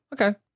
okay